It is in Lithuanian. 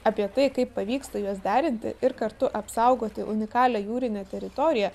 apie tai kaip pavyksta juos derinti ir kartu apsaugoti unikalią jūrinę teritoriją